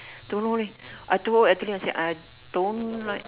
don't know eh I told adeline I say I don't like